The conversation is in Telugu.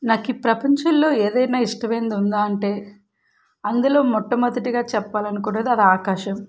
నాకు ప్రపంచంలో ఏదైనా ఇష్టమైంది ఉంది అంటే అందులో మొట్టమొదటిగా చెప్పాలి అనుకున్నది అది ఆకాశం